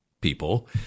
people